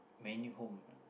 Man-U home